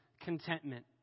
contentment